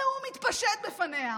הוא מתפשט בפניה.